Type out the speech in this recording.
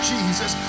Jesus